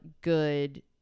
good